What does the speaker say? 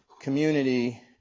community